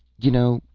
you know,